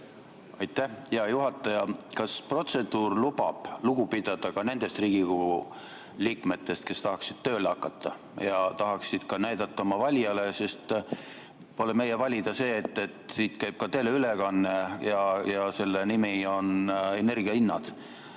Aitäh! Hea juhataja! Kas protseduur lubab lugu pidada ka nendest Riigikogu liikmetest, kes tahaksid tööle hakata ja tahaksid ka näidata oma valijale – sest pole meie valida see, et siit käib ka teleülekanne ja selle nimetus on energiahinnad